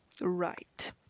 Right